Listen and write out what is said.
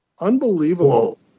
Unbelievable